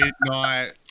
Midnight